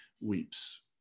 weeps